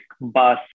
bus